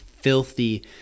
filthy